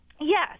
Yes